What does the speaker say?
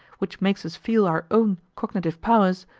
which makes us feel our own cognitive powers,